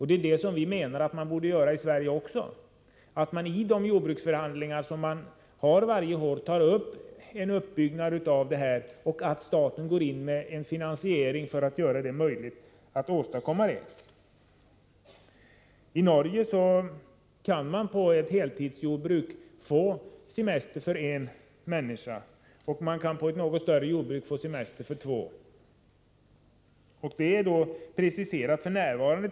Det är det vi menar att man borde göra i Sverige också. I de jordbruksförhandlingar som man har varje år skulle man kunna ta upp frågan om en uppbyggnad av ett sådant” system, och med staten som finansiär skulle man kunna genomföra reformen. I Norge kan man på ett heltidsjordbruk få semester för en människa och på ett något större jordbruk semester för två. Kostnaden för detta är f.n. .